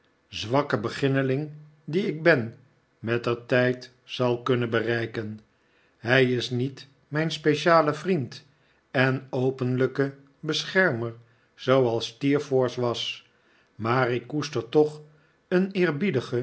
zwakke beginneling die ik ben mettertijd zal kunnen bereiken hij is niet mijn speciale vriend en openlijke beschermer zooals steerforth was maar ik koester toch een